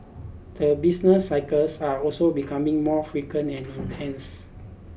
the business cycles are also becoming more frequent and intense